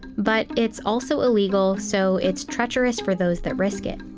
but it's also illegal, so it's treacherous for those that risk it.